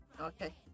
okay